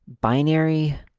binary